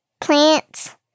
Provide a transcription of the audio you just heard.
plants